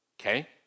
Okay